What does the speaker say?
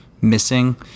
missing